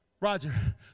Roger